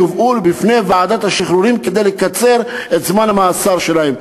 הם יובאו בפני ועדת השחרורים כדי לקצר את זמן המאסר שלהם.